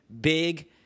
big